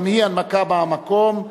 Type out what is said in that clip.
גם היא הנמקה מהמקום.